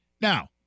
Now